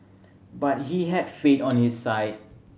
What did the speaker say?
but he had faith on his side